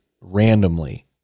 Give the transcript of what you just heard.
randomly